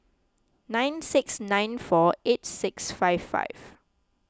nine six nine four eight six five five